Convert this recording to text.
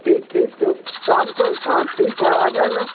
ठीक ठीक तो शाम को हाँ ठीक है आ जाना